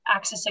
accessing